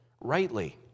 rightly